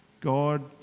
God